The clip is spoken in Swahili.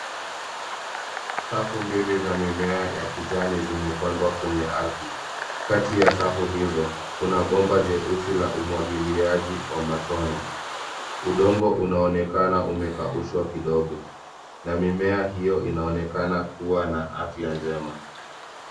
Safu mbili za mimea ya kijani zimepandwa kwenye ardhi. Kati ya safu hizo, kuna bomba jeusi la umwangiliaji wa matone. Udongo unaonekana umekaushwa kidogo, na mimea hiyo inaonekana kuwa na afya njema.